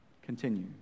Continue